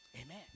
Amen